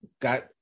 got